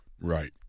Right